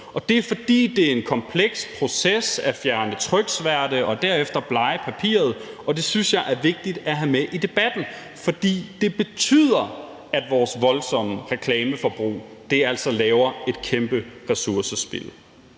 det er, fordi det er en kompleks proces at fjerne tryksværte og derefter blege papiret, og det synes jeg er vigtigt at have med i debatten. For det betyder, at vores voldsomme reklameforbrug altså laver et kæmpe ressourcespild.